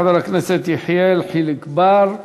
חבר הכנסת יחיאל חיליק בר.